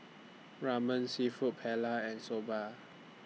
Ramen Seafood Paella and Soba